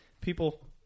people